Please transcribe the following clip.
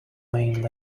mainly